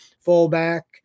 fullback